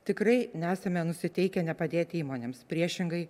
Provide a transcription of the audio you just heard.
tikrai nesame nusiteikę nepadėti įmonėms priešingai